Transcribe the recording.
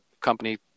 company